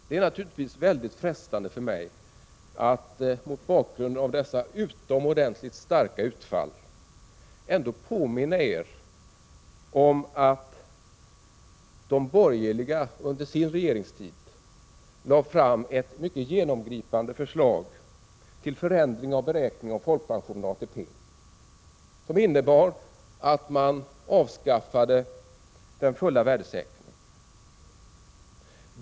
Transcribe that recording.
Det är naturligtvis frestande för mig att efter dessa oerhört starka utfall påminna er om att de borgerliga under sin regeringstid lade fram ett mycket genomgripande förslag till förändring av beräkningen av folkpension och ATP, som innebar att man avskaffade den fulla värdesäkringen.